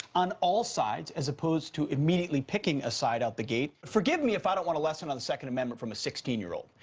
on all sides as opposed to immediately picking a side out the gate. forgive me if i don't want a lesson on the second amendment from a sixteen year old.